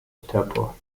staple